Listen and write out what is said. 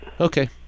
Okay